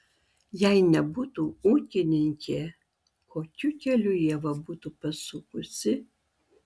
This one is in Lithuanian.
jei nebūtų ūkininkė kokiu keliu ieva būtų pasukusi